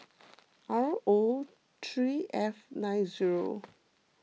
R O three F nine zero